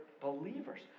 believers